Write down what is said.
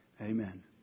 Amen